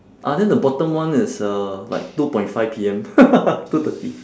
ah then the bottom one is uh like two point five P_M two thirty